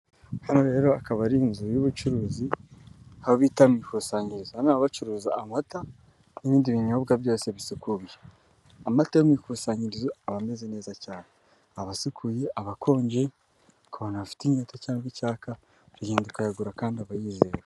Hano rero akaba ari inzu y'ubucuruzi, aho aho bita mu ikusanyirizo. Hano baba bacuruza amata n'ibindi binyobwa byose bisukuye. Amata y'ikusanyirizo aba ameze neza cyane, aba asukuye, aba akonje ku bantu bafite inyota cyangwa icyaka, akagenda akayagura kandi aba yize.